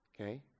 Okay